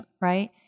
right